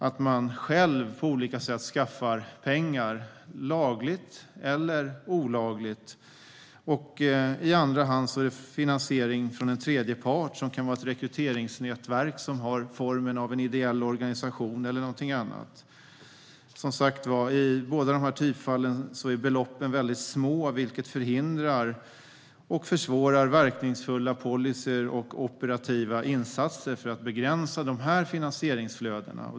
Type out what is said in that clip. Man skaffar själv pengar på olika sätt - lagligt eller olagligt. I andra hand sker finansieringen från en tredje part, som kan vara ett rekryteringsnätverk som har formen av en ideell organisation eller någonting annat. I båda dessa typfall är beloppen som sagt väldigt små, vilket förhindrar och försvårar verkningsfulla policyer och operativa insatser för att begränsa de här finansieringsflödena.